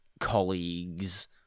colleagues